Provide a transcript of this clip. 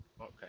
Okay